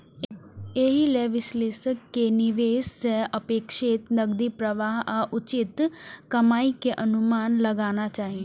एहि लेल विश्लेषक कें निवेश सं अपेक्षित नकदी प्रवाह आ उचित कमाइ के अनुमान लगाना चाही